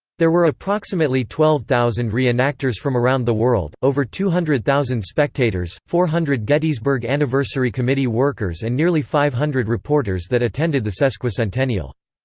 there were approximately twelve thousand re-enactors from around the world, over two hundred thousand spectators, four hundred gettysburg anniversary committee workers and nearly five hundred reporters that attended the sesquicentennial.